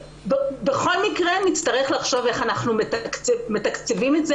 בכל מקרה נצטרך לחשוב איך מתקצבים את זה